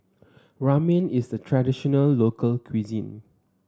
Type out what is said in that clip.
Ramen is a traditional local cuisine